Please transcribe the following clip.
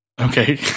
Okay